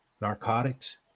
narcotics